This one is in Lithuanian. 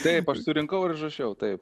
taip aš surinkau ir užrašiau taip